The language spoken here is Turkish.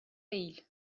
değil